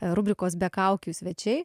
rubrikos be kaukių svečiai